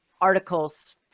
articles